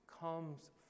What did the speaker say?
comes